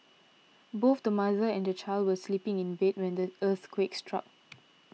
both the mother and the child were sleeping in bed when the earthquake struck